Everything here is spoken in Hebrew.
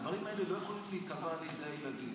הדברים האלה לא יכולים להיקבע על ידי הילדים.